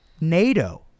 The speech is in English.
NATO